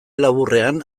laburrean